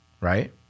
right